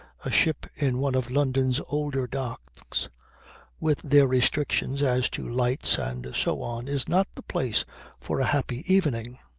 a ship in one of london's older docks with their restrictions as to lights and so on is not the place for a happy evening.